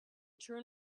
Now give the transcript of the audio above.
turn